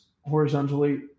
horizontally